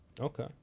Okay